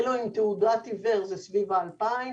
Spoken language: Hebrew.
אלו עם תעודת עיוור הם סביב ה-2,000,